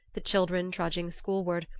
the children trudging schoolward,